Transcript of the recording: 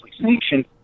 sanctioned